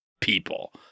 people